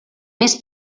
més